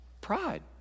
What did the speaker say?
pride